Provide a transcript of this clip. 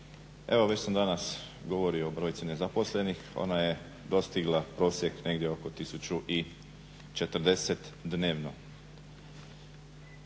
evo već sam danas govorio o brojci nezaposlenih, ona je dostigla prosjek negdje oko 1040 dnevno.